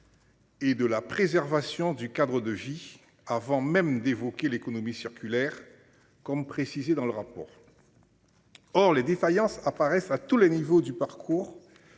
Et de la préservation du Cadre de vie. Avant même d'évoquer l'économie circulaire, comme précisé dans le rapport. Or les défaillances apparaissent à tous les niveaux du parcours.